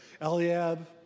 Eliab